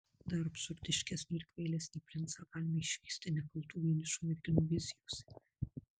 dar absurdiškesnį ir kvailesnį princą galime išvysti nekaltų vienišų merginų vizijose